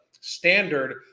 standard